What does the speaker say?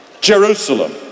Jerusalem